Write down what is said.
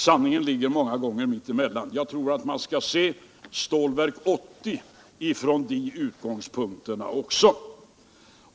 Sanningen ligger många gånger mitt emellan. Jag tror att man skall se även Stålverk 80 från de utgångspunkterna.